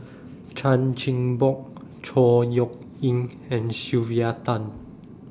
Chan Chin Bock Chor Yeok Eng and Sylvia Tan